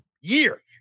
year